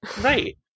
right